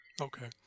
Okay